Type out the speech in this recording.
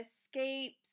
escapes